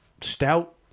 stout